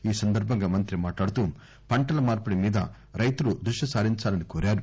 ఈ సందర్బంగా మంత్రి మాట్లాడుతూ పంటల మార్సిడి మీద రైతులు ద్రుష్టి సారించాలని కోరారు